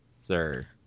sir